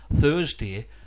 Thursday